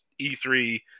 E3